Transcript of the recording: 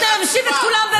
היית מושיב את כולם במעצר.